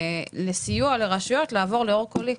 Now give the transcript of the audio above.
לסיוע לרשויות לעבור לאור קולי.